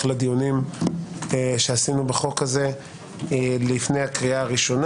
לדיונים שעשינו בחוק הזה לפני הקריאה הראשונה.